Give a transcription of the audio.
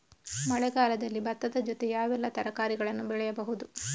ಮಳೆಗಾಲದಲ್ಲಿ ಭತ್ತದ ಜೊತೆ ಯಾವೆಲ್ಲಾ ತರಕಾರಿಗಳನ್ನು ಬೆಳೆಯಬಹುದು?